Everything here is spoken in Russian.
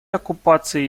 оккупации